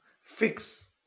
fix